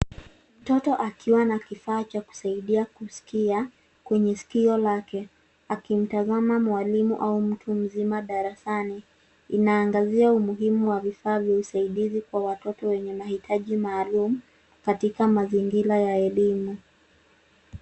Mtoto akiwa na kifaa cha kusaidia kusikia kwenye sikio lake akimtazama mwalimu au mtu mzima darasani. Inaangazia umuhimu wa vifaa vya usaidizi kwa watoto wenye mahitaji maalum katika mazingira ya elimu.